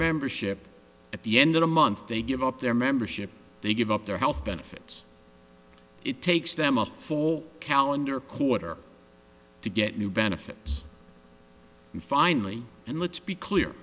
membership at the end of the month they give up their membership they give up their health benefits it takes them a full calendar quarter to get new benefits and finally and let's be clear